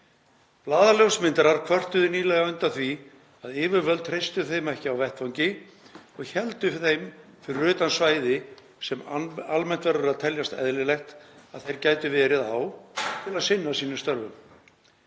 Blaðaljósmyndarar kvörtuðu nýlega undan því að yfirvöld treystu þeim ekki á vettvangi og héldu þeim fyrir utan svæði sem almennt verður að teljast eðlilegt að þeir geti verið á til að sinna störfum